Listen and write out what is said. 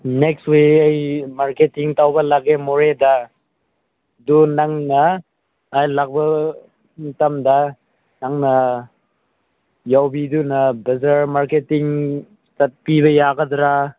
next week ꯑꯩ marketing ꯇꯧꯕ ꯂꯥꯛꯀꯦ ꯃꯣꯔꯦꯗ ꯑꯗꯣ ꯅꯪꯅ ꯑꯩ ꯂꯥꯛꯄ ꯃꯇꯝꯗ ꯅꯪꯅ ꯌꯥꯎꯕꯤꯗꯨꯅ ꯕꯖꯥꯔ ꯃꯥꯔꯀꯦꯠꯇꯤꯡ ꯆꯠꯄꯤꯕ ꯌꯥꯒꯗ꯭ꯔꯥ